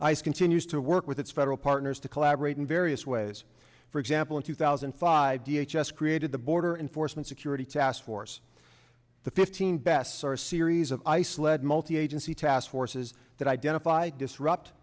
ice continues to work with its federal partners to collaborate in various ways for example in two thousand and five d h s created the border enforcement security task force the fifteen best are a series of ice led multi agency task forces that identify disrupt